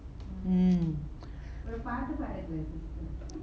mm